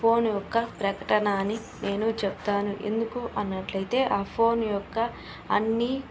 phone యొక్క ప్రకటనని నేను చెప్తాను ఎందుకు అన్నట్లయితే ఆ ఫోన్ యొక్క అన్ని